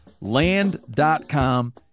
Land.com